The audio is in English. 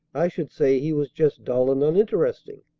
i should say he was just dull and uninteresting.